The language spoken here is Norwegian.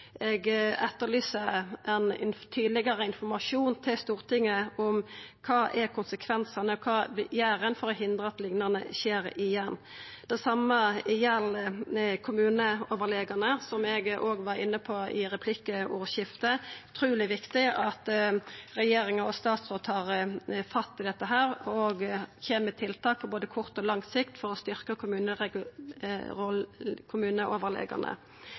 tydelegare informasjon til Stortinget om kva som er konsekvensane, og kva ein gjer for å hindra at noko liknande skjer igjen. Det same gjeld kommuneoverlegane, som eg òg var inne på i replikkordskiftet. Det er utruleg viktig at regjeringa og statsråden tar fatt i dette og kjem med tiltak på både kort og lang sikt for å